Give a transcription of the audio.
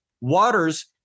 Waters